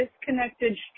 disconnected